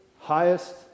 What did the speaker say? highest